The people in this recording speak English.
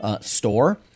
store